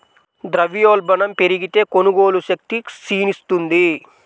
ద్రవ్యోల్బణం పెరిగితే, కొనుగోలు శక్తి క్షీణిస్తుంది